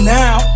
now